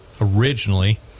originally